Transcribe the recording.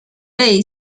类似